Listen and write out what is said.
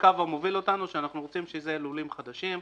הקו המוביל אותנו שאנחנו רוצים שאלה יהיו לולים חדשים,